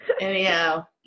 anyhow